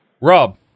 Rob